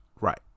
Right